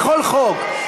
בכל חוק,